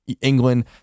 england